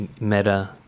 meta